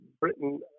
Britain